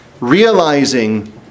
realizing